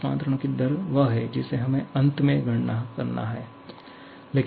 ऊष्मा अंतरण की दर वह है जिसे हमें अंत में गणना करना है